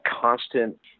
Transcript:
constant